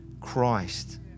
Christ